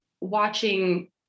watching